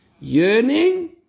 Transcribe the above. Yearning